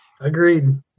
Agreed